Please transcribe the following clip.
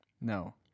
No